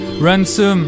Ransom